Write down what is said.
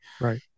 Right